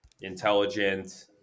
intelligent